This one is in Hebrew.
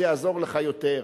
זה יעזור לך יותר.